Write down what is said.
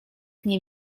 nie